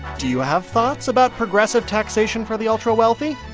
do you have thoughts about progressive taxation for the ultra-wealthy?